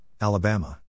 Alabama